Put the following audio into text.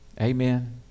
Amen